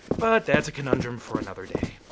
but that's a conundrum for another day.